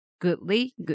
goodly